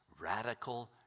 radical